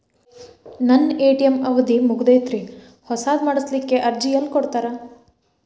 ನನ್ನ ಎ.ಟಿ.ಎಂ ಅವಧಿ ಮುಗದೈತ್ರಿ ಹೊಸದು ಮಾಡಸಲಿಕ್ಕೆ ಅರ್ಜಿ ಎಲ್ಲ ಕೊಡತಾರ?